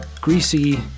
greasy